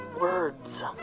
Words